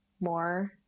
more